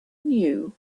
knew